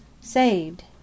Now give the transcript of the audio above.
Saved